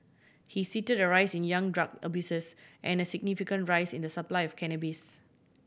he cited a rise in young drug abusers and a significant rise in the supply of cannabis